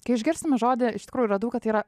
kai išgirstame žodį iš tikrųjų radau kad yra